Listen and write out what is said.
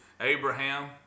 Abraham